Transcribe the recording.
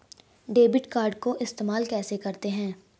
Debit card को इस्तेमाल कैसे करते हैं?